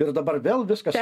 ir dabar vėl viskas